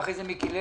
ואחרי זה מיקי לוי.